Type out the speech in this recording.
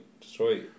destroy